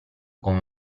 come